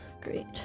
Great